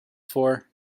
for